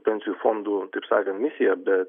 pensijų fondų taip sakant misija bet